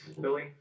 Billy